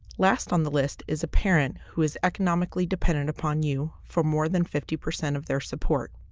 last on the list is a parent who is economically dependent upon you for more than fifty percent of their support.